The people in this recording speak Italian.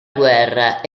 guerra